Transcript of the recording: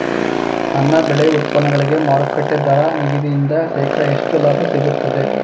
ನನ್ನ ಬೆಳೆ ಉತ್ಪನ್ನಗಳಿಗೆ ಮಾರುಕಟ್ಟೆ ದರ ನಿಗದಿಯಿಂದ ಶೇಕಡಾ ಎಷ್ಟು ಲಾಭ ಸಿಗುತ್ತದೆ?